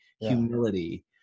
humility